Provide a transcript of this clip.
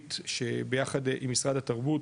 ייחודית שביחד עם משרד התרבות,